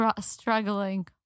struggling